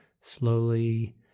slowly